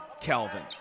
Calvin